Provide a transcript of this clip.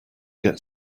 get